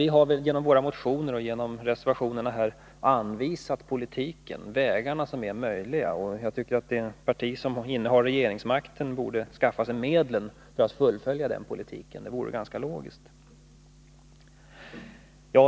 Vi har genom våra motioner och reservationer anvisat politiken, de vägar som är möjliga. Jag tycker att det parti som innehar regeringsmakten borde skaffa sig medlen för att fullfölja den politiken — det vore ganska logiskt.